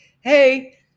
hey